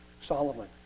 Solomon